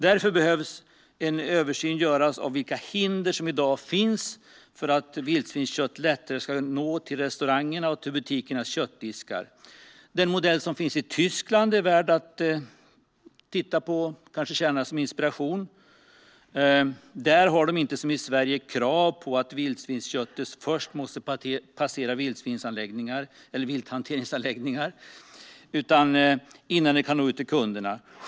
Därför behöver en översyn göras av vilka hinder som i dag finns för att vildsvinskött lättare ska nå till restaurangerna och till butikernas köttdiskar. Den modell som finns i Tyskland är värd att titta på och kanske kan tjäna som inspiration. Där har de inte, som i Sverige, krav på att vildsvinsköttet först måste passera vilthanteringsanläggningar innan det kan nå ut till kunderna.